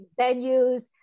venues